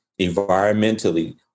environmentally